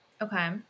Okay